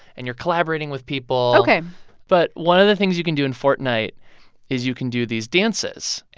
and you're collaborating with people ok but one of the things you can do in fortnite is you can do these dances. and.